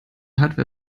hardware